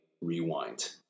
rewind